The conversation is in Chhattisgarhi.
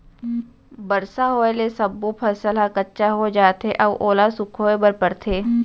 बरसा होए ले सब्बो फसल ह कच्चा हो जाथे अउ ओला सुखोए बर परथे